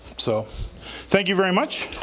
so thank you very much.